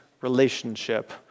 relationship